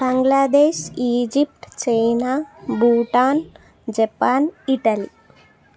Bangladesh Egypt China Bhutan Japan Italy